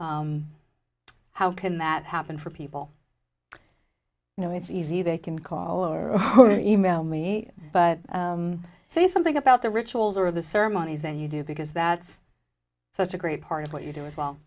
how can that happen for people you know it's easy they can call or e mail me but say something about the rituals or the ceremonies that you do because that's such a great part of what you do as well